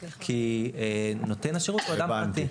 כי נותן השירות הוא אדם פרטי.